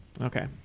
Okay